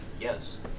Yes